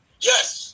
Yes